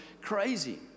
crazy